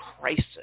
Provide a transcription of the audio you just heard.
crisis